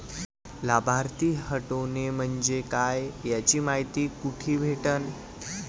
लाभार्थी हटोने म्हंजे काय याची मायती कुठी भेटन?